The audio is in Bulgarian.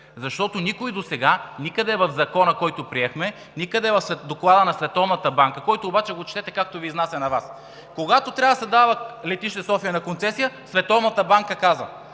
защото никой досега не каза, никъде в Закона, който приехме, никъде в Доклада на Световната банка, който обаче четете, както Ви изнася на Вас. Когато трябва да се дава летище София на концесия, Световната банка каза,